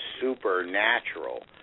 supernatural